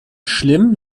schlimm